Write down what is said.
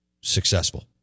successful